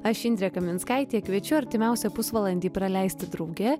aš indrė kaminskaitė kviečiu artimiausią pusvalandį praleisti drauge